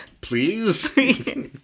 Please